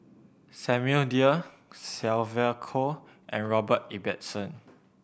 Samuel Dyer Sylvia Kho and Robert Ibbetson